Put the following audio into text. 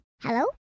Hello